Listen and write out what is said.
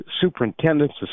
Superintendents